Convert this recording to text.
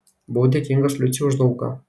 buvau dėkingas liucei už daug ką